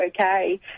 okay